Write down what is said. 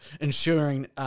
ensuring